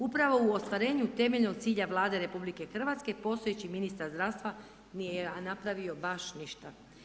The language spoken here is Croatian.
Upravo u ostvarenju temeljnog cilja Vlade RH postojeći ministar zdravstva nije napravio baš ništa.